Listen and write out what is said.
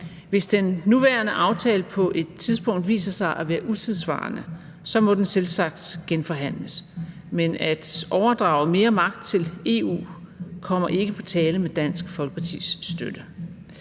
Hvis den nuværende aftale på et tidspunkt viser sig at være utidssvarende, må den selvsagt genforhandles, men at overdrage mere magt til EU kommer ikke på tale med Dansk Folkepartis støtte.